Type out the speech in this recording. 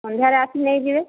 ସନ୍ଧ୍ୟାରେ ଆସି ନେଇଯିବେ